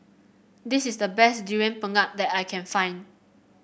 this is the best Durian Pengat that I can find